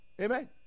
Amen